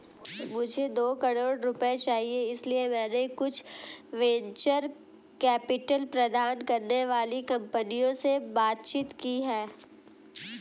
मुझे दो करोड़ रुपए चाहिए इसलिए मैंने कुछ वेंचर कैपिटल प्रदान करने वाली कंपनियों से बातचीत की है